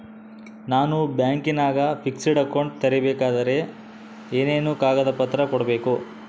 ನಾನು ಬ್ಯಾಂಕಿನಾಗ fixed account ತೆರಿಬೇಕಾದರೆ ಏನೇನು ಕಾಗದ ಪತ್ರ ಕೊಡ್ಬೇಕು?